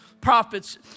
prophets